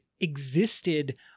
existed